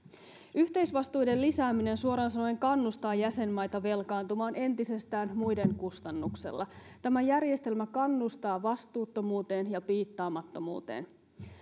yhteisvastuiden lisääminen suoraan sanoen kannustaa jäsenmaita velkaantumaan entisestään muiden kustannuksella tämä järjestelmä kannustaa vastuuttomuuteen ja piittaamattomuuteen